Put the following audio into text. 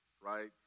right